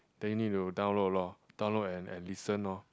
then you need to download lor download and and listen lor